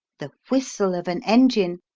the whistle of an engine,